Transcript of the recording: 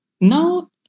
Now